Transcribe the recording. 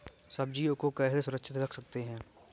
सब्जियों को कैसे सुरक्षित रख सकते हैं?